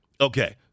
Okay